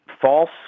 false